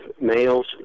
males